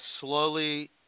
slowly